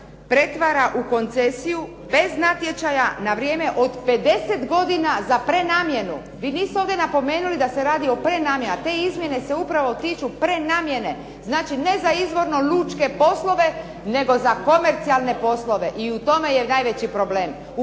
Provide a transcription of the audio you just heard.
pretvara u koncesiju bez natječaja na vrijeme od 50 godina za prenamjenu. Vi niste ovdje napomenuli da se radi o prenamjeni, a te izmjene se upravo tiču prenamjene, znači ne za izvorno lučke poslove, nego za komercijalne poslove i u tome je najveći problem.